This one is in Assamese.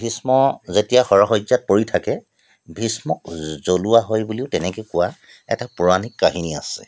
ভীষ্ম যেতিয়া শৰশয্যাত পৰি থাকে ভীষ্মক জ্বলোৱা হয় বুলিও তেনেকৈ কোৱা এটা পৌৰাণিক কাহিনী আছে